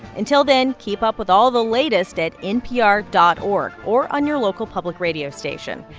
until then, keep up with all the latest at npr dot org or on your local public radio station.